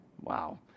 Wow